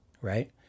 Right